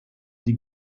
die